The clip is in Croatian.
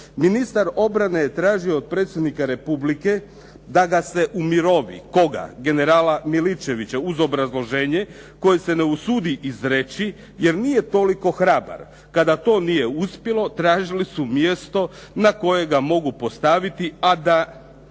“Ministar obrane je tražio od Predsjednika Republike da ga se umirovi“. Koga? Generala Miličevića uz obrazloženje koje se ne usudi izreći jer nije toliko hrabar. Kada to nije uspjelo tražili su mjesto na kojega mogu postaviti, a da